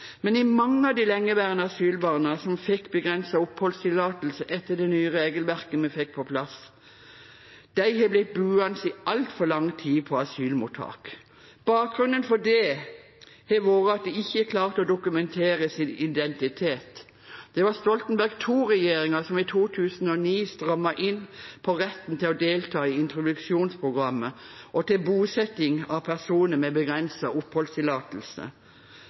mange av de lengeværende asylbarna som fikk begrenset oppholdstillatelse etter det nye regelverket vi fikk på plass, har blitt boende i altfor lang tid på asylmottak. Bakgrunnen for det har vært at de ikke har klart å dokumentere sin identitet. Det var Stoltenberg II-regjeringen som i 2009 strammet inn på retten til å delta i introduksjonsprogrammet og til bosetting av personer med begrenset oppholdstillatelse.